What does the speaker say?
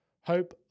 Hope